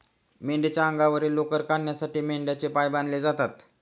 मेंढीच्या अंगावरील लोकर काढण्यासाठी मेंढ्यांचे पाय बांधले जातात